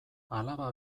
alaba